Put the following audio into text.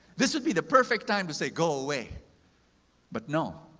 this would be the perfect time to say, go away but no.